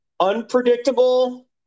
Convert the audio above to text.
unpredictable